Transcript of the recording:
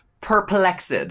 perplexed